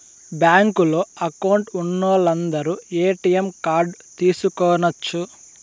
బ్యాంకులో అకౌంట్ ఉన్నోలందరు ATM card తీసుకొనచ్చు